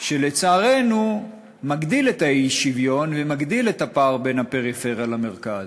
שלצערנו מגדיל את האי-שוויון ומגדיל את הפער בין הפריפריה למרכז.